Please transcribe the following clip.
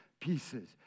pieces